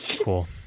Cool